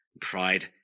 Pride